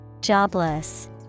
Jobless